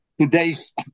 today's